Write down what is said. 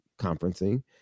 conferencing